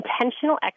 intentional